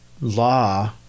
law